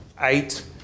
eight